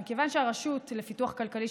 אבל זו אותה תשובה?